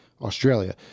Australia